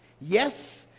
Yes